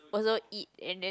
also eat and then